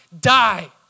die